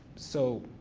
so,